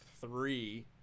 three